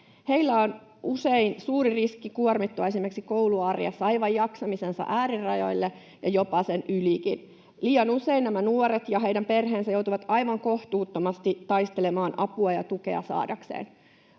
Heillä on usein suuri riski kuormittua esimerkiksi koulun arjessa aivan jaksamisensa äärirajoille ja jopa niiden ylikin. Liian usein nämä nuoret ja heidän perheensä joutuvat aivan kohtuuttomasti taistelemaan apua ja tukea saadakseen.